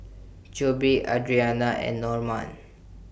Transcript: Jobe Adriana and Normand